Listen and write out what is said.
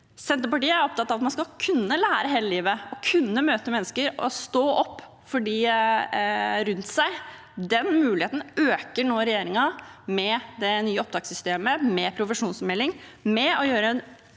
Senterpartiet er opptatt av at man skal kunne lære hele livet, møte mennesker og stå opp for dem rundt seg. Den muligheten øker nå regjeringen med det nye opptakssystemet, med profesjonsmeldingen, ved å gjøre en